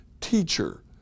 teacher